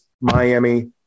Miami